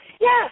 Yes